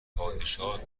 پادشاه